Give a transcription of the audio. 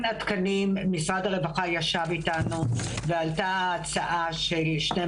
משרד הרווחה ישב אתנו ועלתה הצעה של 12